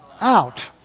out